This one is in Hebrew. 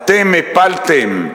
אתם הפלתם,